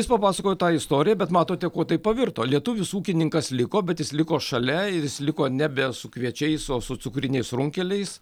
jis papasakojo tą istoriją bet matote kuo tai pavirto lietuvis ūkininkas liko bet jis liko šalia ir jis liko nebe su kviečiais o su cukriniais runkeliais